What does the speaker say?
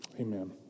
Amen